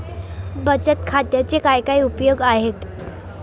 बचत खात्याचे काय काय उपयोग आहेत?